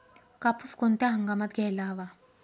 कापूस कोणत्या हंगामात घ्यायला हवा?